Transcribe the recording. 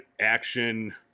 action